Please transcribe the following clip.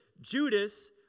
Judas